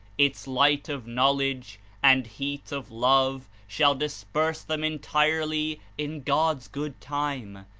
its light of knowledge and heat of love shall disperse them entirely in god's good time,